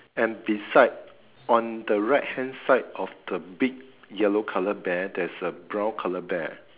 and beside on the right hand side of the big yellow colour bear there's a brown colour bear